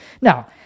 Now